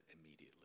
immediately